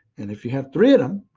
and if you have three of them,